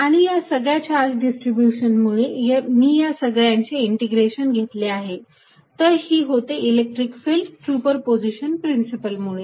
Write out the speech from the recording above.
आणि या सगळ्या चार्ज डिस्ट्रीब्यूशन मुळे मी या सगळ्यांचे इंटिग्रेशन घेतले आहे तर ही होते इलेक्ट्रिक फिल्ड सुपरपोझिशन प्रिन्सिपलमुळे